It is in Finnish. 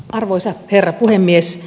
arvoisa herra puhemies